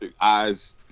eyes